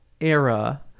era